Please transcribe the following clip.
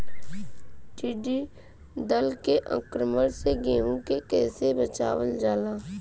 टिडी दल के आक्रमण से गेहूँ के कइसे बचावल जाला?